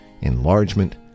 enlargement